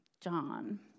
John